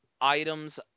items